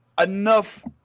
enough